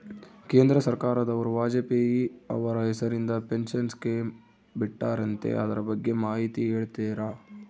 ಕೇಂದ್ರ ಸರ್ಕಾರದವರು ವಾಜಪೇಯಿ ಅವರ ಹೆಸರಿಂದ ಪೆನ್ಶನ್ ಸ್ಕೇಮ್ ಬಿಟ್ಟಾರಂತೆ ಅದರ ಬಗ್ಗೆ ಮಾಹಿತಿ ಹೇಳ್ತೇರಾ?